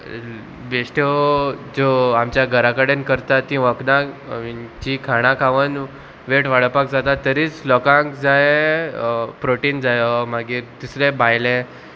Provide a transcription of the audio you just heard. बेश्ट्यो ज्यो आमच्या घरा कडेन करता ती वखदां जीं खाणां खावन वेट वाडपाक जाता तरीच लोकांक जाय प्रोटीन जायो मागीर दुसरें भायले